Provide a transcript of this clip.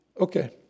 Okay